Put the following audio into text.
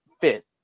fit